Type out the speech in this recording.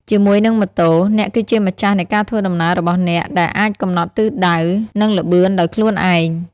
ជាមួយនឹងម៉ូតូ អ្នកគឺជាម្ចាស់នៃការធ្វើដំណើររបស់អ្នក ដែលអាចកំណត់ទិសដៅ និងល្បឿនដោយខ្លួនឯង។